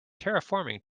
terraforming